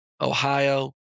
Ohio